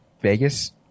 Vegas